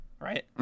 right